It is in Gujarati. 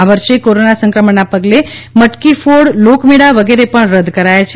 આ વર્ષે કોરોના સંક્રમણના પગલે મટકી ફોડ લોકમેળા વિગેરે પણ રદ કરાયા છે